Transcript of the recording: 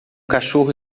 cachorro